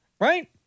right